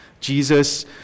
Jesus